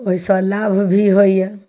ओहिसँ लाभ भी होइए